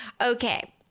Okay